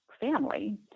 family